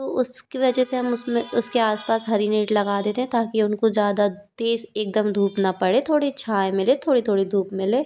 तो उसकी वजह से हम उसमें उसके आसपास हम हरी नेट देते हें ताकि उनको ज़्यादा तेज़ एकदम धूप ना पड़े थोड़ी छांव मिले थोड़ी थोड़ी धूप मिले